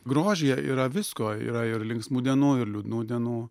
grožyje yra visko yra ir linksmų dienų ir liūdnų dienų